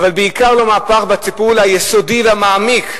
אבל בעיקר לא מהפך בטיפול היסודי, והמעמיק,